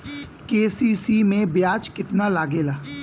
KCC में ब्याज कितना लागेला?